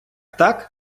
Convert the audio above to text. так